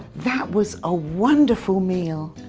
that was a wonderful meal.